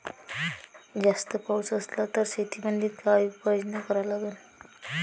जास्त पाऊस असला त शेतीमंदी काय उपाययोजना करा लागन?